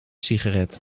sigaret